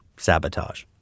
sabotage